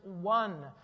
one